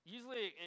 Usually